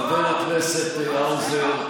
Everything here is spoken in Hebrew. חבר הכנסת האוזר,